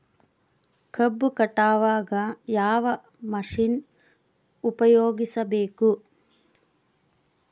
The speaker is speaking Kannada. ಕಬ್ಬು ಕಟಾವಗ ಯಾವ ಮಷಿನ್ ಉಪಯೋಗಿಸಬೇಕು?